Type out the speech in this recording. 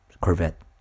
corvette